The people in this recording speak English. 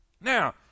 Now